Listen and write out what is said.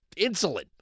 insulin